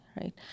right